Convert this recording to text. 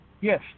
Yes